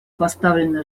поставлена